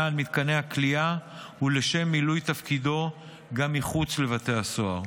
על מתקני הכליאה ולשם מילוי תפקידו גם מחוץ לבתי הסוהר.